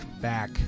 back